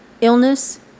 illness